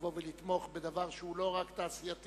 לבוא ולתמוך בדבר שהוא לא רק תעשייתי,